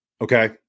okay